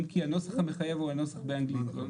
אם כי הנוסח המחייב הוא הנוסח באנגלית.